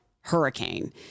hurricane